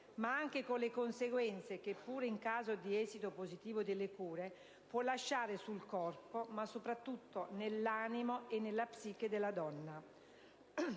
ma anche con le conseguenze che, pure in caso di esito positivo delle cure, può lasciare sul corpo, ma soprattutto nell'animo e nella psiche della donna.